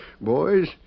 Boys